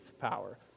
power